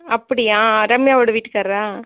அப்படியா ரம்யாவோட வீட்டுக்கார்ரா